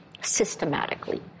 systematically